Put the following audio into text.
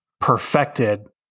perfected